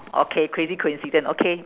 okay crazy coincidence okay